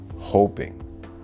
Hoping